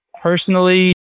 personally